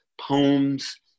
poems